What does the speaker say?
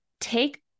take